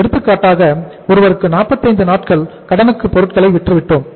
எடுத்துக்காட்டாக ஒருவருக்கு 45 நாட்கள் கடனுக்கு பொருட்களை விற்று விட்டோம்